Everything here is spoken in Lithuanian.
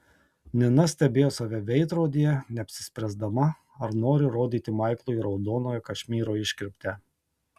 nina stebėjo save veidrodyje neapsispręsdama ar nori rodyti maiklui raudonojo kašmyro iškirptę